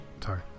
Sorry